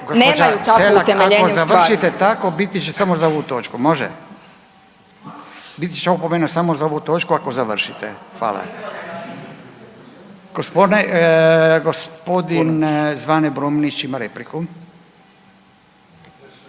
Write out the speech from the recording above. nemaju takvu utemeljenje u stvarnosti.